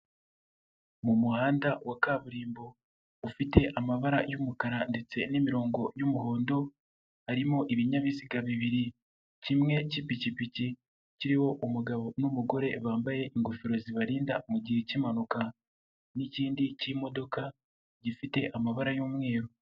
Ni umuhanda wa kaburimbo ufite amabara y'umukara ndetse n'imirongo y'umuhondo, harimo ibinyabiziga bibiri kimwe cy'ipikipiki kiriho umugabo n'umugore bambaye ingofero zibarinda mu gihe cy'impanuka. N'ikindi cy'imodoka gifite amabara y'umweru.